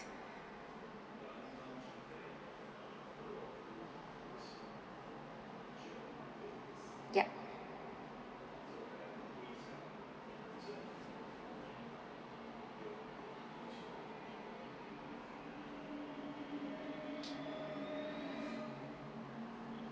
yup